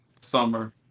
summer